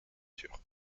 dure